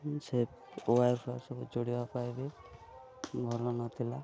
ସେ wire fire ସବୁ ଯୋଡ଼ିବା ପାଇଁ ବି ଭଲ ନଥିଲା